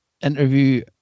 interview